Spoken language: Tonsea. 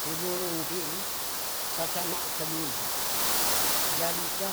Si burung tii sa ca ma tedu mpu jadi ca